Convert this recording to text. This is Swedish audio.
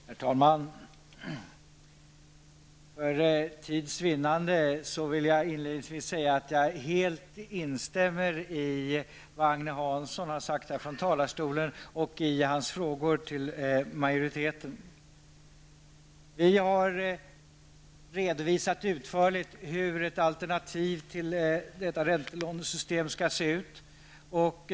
Herr talman! För tids vinnande vill jag inledningsvis helt instämma i vad Agne Hansson sade. Jag instämmer också i hans frågor till majoritetens företrädare. Vi har utförligt redovisat hur ett alternativ till detta räntelånesystem skall se ut.